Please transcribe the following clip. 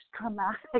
traumatic